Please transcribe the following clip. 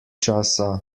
časa